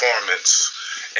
performance